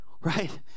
Right